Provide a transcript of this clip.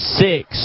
six